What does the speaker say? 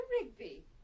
Rigby